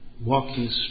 walking